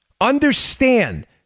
understand